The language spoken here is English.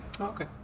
okay